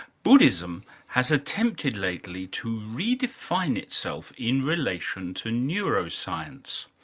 buddhism has attempted lately to redefine itself in relation to neuroscience.